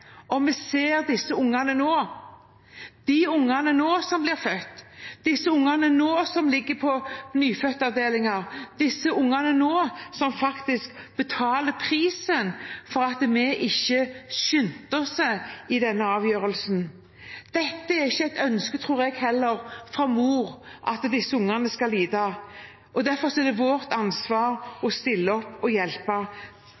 vi ser disse ungene nå. De ungene som blir født nå. De ungene som ligger på nyfødtavdelingen nå. De ungene som nå faktisk betaler prisen for at vi ikke skynder oss med denne avgjørelsen. Det er heller ikke, tror jeg, morens ønske at disse ungene skal lide. Derfor er det vårt ansvar